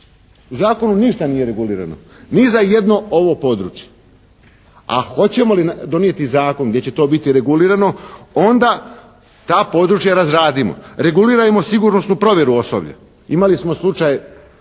U zakonu ništa nije regulirano ni za jedno ovo područje, a hoćemo li donijeti zakon gdje će to biti regulirano onda ta područja razradimo. Reguliramo sigurnosnu provjeru osoblja. Imali smo slučaj